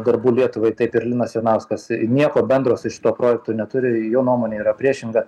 darbų lietuvai taip ir linas jonauskas nieko bendro su šituo projektu neturi jo nuomonė yra priešinga